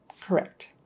correct